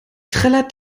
trällert